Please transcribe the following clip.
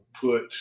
put